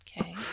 Okay